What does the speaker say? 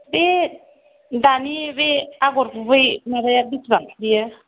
बे दानि बे आगर गुबै माबाया बियो